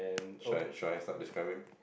should I should I start describing